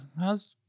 how's